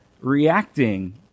reacting